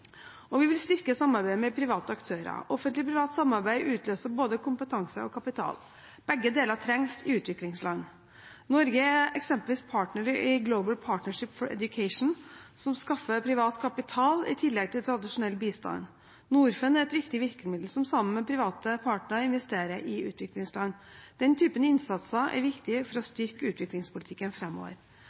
Vi vil styrke samarbeidet med private aktører. Offentlig–privat samarbeid utløser både kompetanse og kapital. Begge deler trengs i utviklingsland. Norge er eksempelvis partner i Global Partnership for Education, som skaffer privat kapital i tillegg til tradisjonell bistand. Norfund er et viktig virkemiddel, som sammen med private partnere investerer i utviklingsland. Den typen innsats er viktig for å styrke utviklingspolitikken